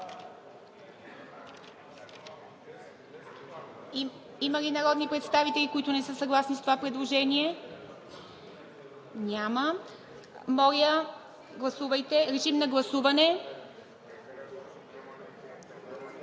Има ли народни представители, които не са съгласни с това предложение? Няма. Режим на гласуване.